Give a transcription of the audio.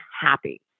happy